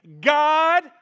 God